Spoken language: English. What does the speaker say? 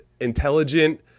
intelligent